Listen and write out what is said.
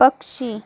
पक्षी